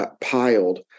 piled